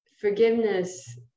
Forgiveness